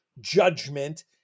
judgment